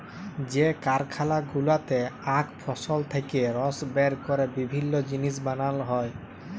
যে কারখালা গুলাতে আখ ফসল থেক্যে রস বের ক্যরে বিভিল্য জিলিস বানাল হ্যয়ে